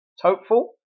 hopeful